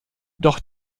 doch